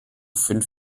fünf